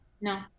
No